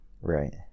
right